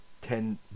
ten